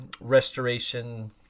restoration